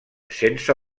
sense